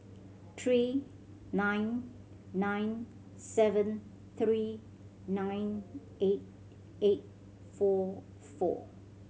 three nine nine seven three nine eight eight four four